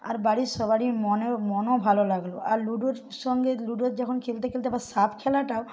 আর বাড়ির সবারই মনের মনও ভালো লাগল আর লুডোর সঙ্গে লুডোর যখন খেলতে খেলতে আবার সাপ খেলাটাও